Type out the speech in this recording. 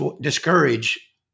discourage